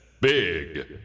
Big